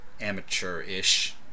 amateur-ish